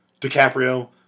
DiCaprio